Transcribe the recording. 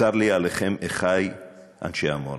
צר לי עליכם, אחי אנשי עמונה.